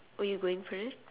are you going for it